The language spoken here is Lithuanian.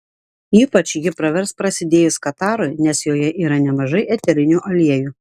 ypač ji pravers prasidėjus katarui nes joje yra nemažai eterinių aliejų